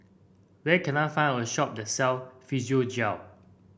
where can I find a shop that sell Physiogel